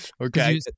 Okay